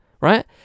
Right